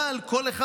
אבל כל אחד,